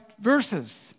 verses